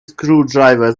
screwdriver